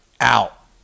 out